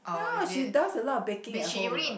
ya lah she does a lot of baking at home ah